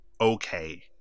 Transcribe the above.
okay